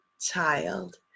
child